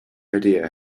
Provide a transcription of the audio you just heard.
idea